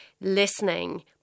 listening